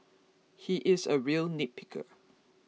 he is a real nitpicker